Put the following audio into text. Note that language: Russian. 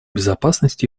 безопасность